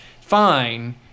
Fine